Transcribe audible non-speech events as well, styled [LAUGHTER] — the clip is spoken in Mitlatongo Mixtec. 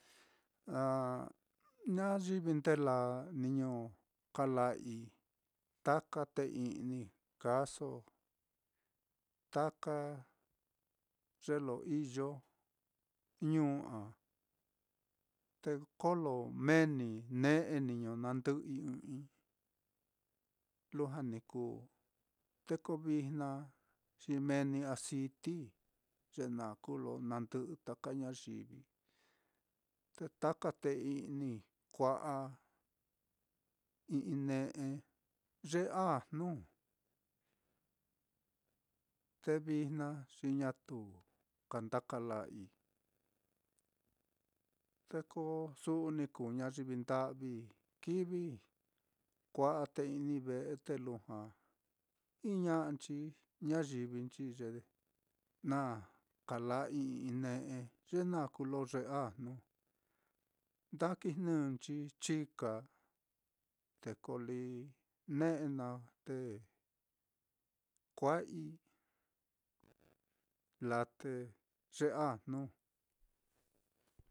Ah ñayivi nde laa niño kala'ai taka, té i'ni kaaso, taka ye lo iyo ñuu á, te kolo meni ne'e niño nandɨ'ɨi ɨ́ɨ́n ɨ́ɨ́n-i lujua ni kuu, te ko vijna xi mee ni aciti, ye naá kuu lo nandɨ'ɨ taka ñayivi, te taka té i'ni kua'a i'i ne'e yee ajnu, [HESITATION] te vijna xi ñatu ka nda kala'ai, te ko su'u ni kuu ñayivi nda'vi, kivi kua'a té i'ni ve'e, te lujua iña'anchi ñayivinchi ye na kala'ai i'i ne'e, ye naá kuu ye lo yee ajnu, nda kijnɨnchi chika, te li ne'e naá te kua'ai laa te yee ajnu.